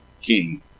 king